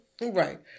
Right